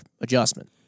adjustment